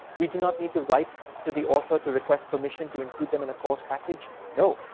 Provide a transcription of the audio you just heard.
we do not need to write to the author to request permission to include them in a course package, no,